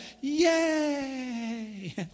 yay